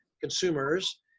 consumers